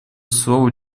слово